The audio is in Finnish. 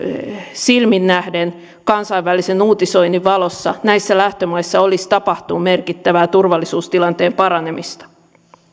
silmin nähden kansainvälisen uutisoinnin valossa näissä lähtömaissa olisi tapahtunut merkittävää turvallisuustilanteen paranemista